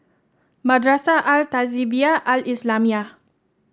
Madrasah Al Tahzibiah Al Islamiah